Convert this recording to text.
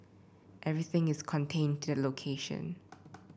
everything is contained to the location